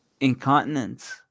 Incontinence